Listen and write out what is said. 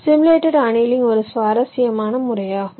simulated annealing ஒரு சுவாரஸ்யமான முறையாகும்